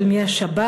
של מי השבת,